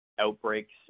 outbreaks